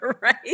Right